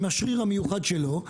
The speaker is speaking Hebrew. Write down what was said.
עם השריר המיוחד שלו,